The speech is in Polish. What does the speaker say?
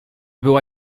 była